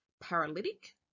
paralytic